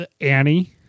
annie